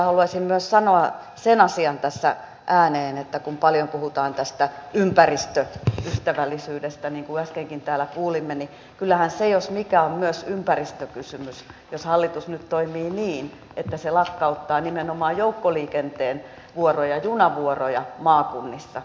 oikeastaan haluaisin sanoa myös sen asian tässä ääneen että kun paljon puhutaan tästä ympäristöystävällisyydestä niin kuin äskenkin täällä kuulimme niin kyllähän se jos mikä on myös ympäristökysymys jos hallitus nyt toimii niin että se lakkauttaa nimenomaan joukkoliikenteen vuoroja junavuoroja maakunnissa